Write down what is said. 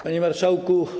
Panie Marszałku!